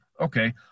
Okay